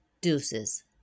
deuces